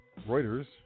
Reuters